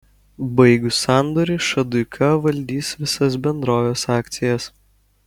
baigus sandorį šaduika valdys visas bendrovės akcijas